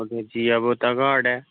ओह्दे जिया पोता घाट ऐ